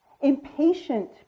impatient